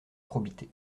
probité